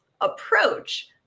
approach